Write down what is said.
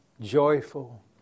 joyful